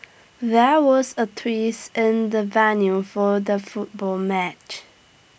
there was A trees in the venue for the football match